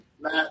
Matt